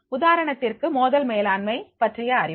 உதாரணத்திற்கு மோதல் மேலாண்மை பற்றிய அறிவு